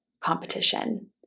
competition